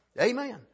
Amen